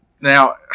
Now